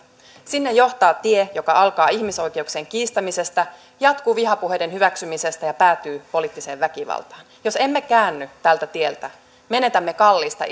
sinne johtaa tie joka alkaa ihmisoikeuksien kiistämisestä jatkuu vihapuheiden hyväksymisellä ja päätyy poliittiseen väkivaltaan jos emme käänny tältä tieltä menetämme kalliista